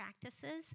practices